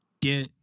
get